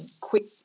quick